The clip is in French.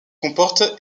comporte